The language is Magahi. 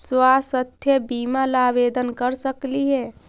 स्वास्थ्य बीमा ला आवेदन कर सकली हे?